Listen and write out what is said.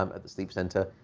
um at the sleep center,